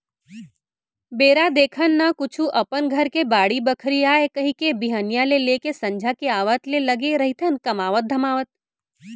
बेरा देखन न कुछु अपन घर के बाड़ी बखरी आय कहिके बिहनिया ले लेके संझा के आवत ले लगे रहिथन कमावत धमावत